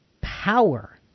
power